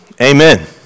amen